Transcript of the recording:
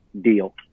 deal